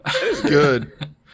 Good